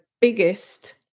biggest